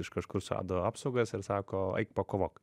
iš kažkur surado apsaugas ir sako eik pakovok